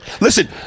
Listen